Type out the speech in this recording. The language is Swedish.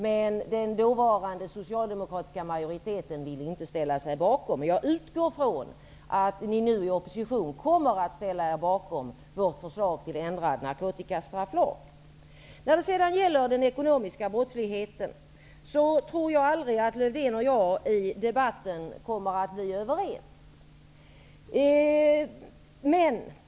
Men den dåvarande socialdemokratiska majoriteten ville inte ställa sig bakom kravet. Jag utgår från att ni socialdemokrater, när ni nu är i opposition, kommer att ställa er bakom vårt förslag till ändrad narkotikastrafflag. Jag tror aldrig att Lövdén och jag kommer att bli överens i debatten när det gäller den ekonomiska brottsligheten.